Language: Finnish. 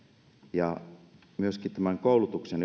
ja myöskin koulutuksen